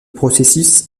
processus